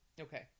Okay